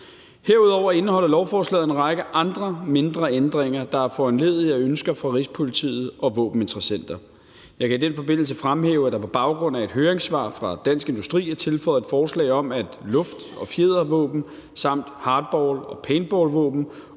Herudover indeholder lovforslaget en række andre mindre ændringer, der er foranlediget af ønsker fra Rigspolitiet og våbeninteressenter. Jeg kan i den forbindelse fremhæve, at der på baggrund af et høringssvar fra Dansk Industri er tilføjet et forslag om, at luft- og fjedervåben samt hardball- og paintballvåben